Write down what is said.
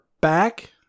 back